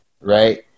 right